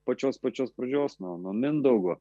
pačios pačios pradžios nuo nuo mindaugo